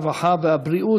הרווחה והבריאות,